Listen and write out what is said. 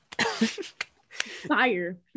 Fire